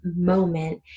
moment